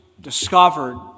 discovered